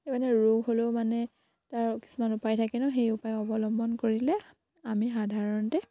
সেই মানে ৰোগ হ'লেও মানে তাৰ কিছুমান উপায় থাকে ন সেই উপায় অৱলম্বন কৰিলে আমি সাধাৰণতে